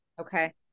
okay